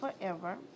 forever